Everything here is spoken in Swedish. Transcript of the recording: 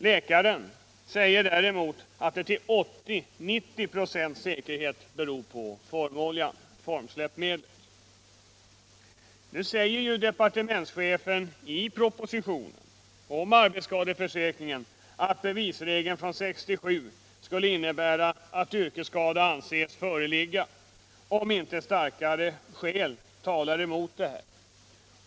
Läkaren säger däremot att det med 80-90 96 säkerhet beror på formsläppmedlet. Nu säger departementschefen i propositionen om arbetsskadeförsäkringen att bevisregeln från 1967 skulle innebära att yrkesskada anses föreligga om inte starka skäl talar emot detta.